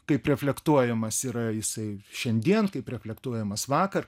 kaip reflektuojamas yra jisai šiandien kaip reflektuojamas vakar